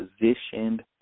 positioned